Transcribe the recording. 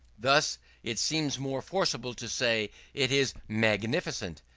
thus it seems more forcible to say, it is magnificent,